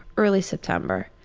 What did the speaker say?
early september,